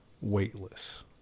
weightless